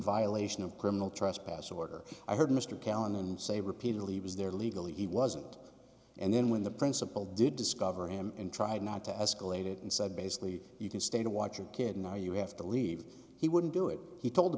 violation of criminal trespass order i heard mr callinan say repeatedly was there legally he wasn't and then when the principal did discover him and tried not to escalate it and said basically you can stay to watch your kid now you have to leave he wouldn't do it he told the